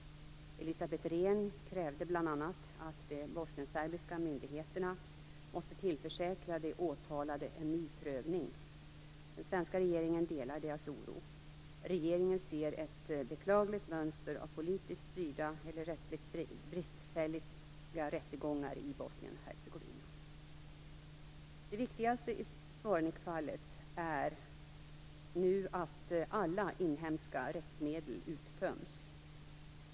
Elisabeth Rehn krävde bl.a. att de bosnienserbiska myndigheterna måste tillförsäkra de åtalade en ny prövning. Den svenska regeringen delar deras oro. Regeringen ser ett beklagligt mönster av politiskt styrda eller rättsligt bristfälliga rättegångar i Det viktigaste i Zvornikfallet är nu att alla inhemska rättsmedel uttöms.